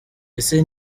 ese